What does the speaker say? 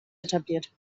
etabliert